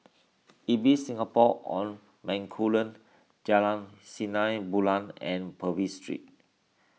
Ibis Singapore on Bencoolen Jalan Sinar Bulan and Purvis Street